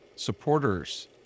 supporters